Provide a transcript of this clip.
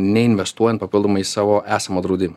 neinvestuojant papildomai į savo esamą draudimą